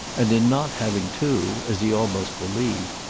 and in not having too, as he almost believed,